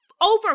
over